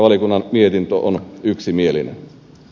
valiokunnan mietintö on yksimielinen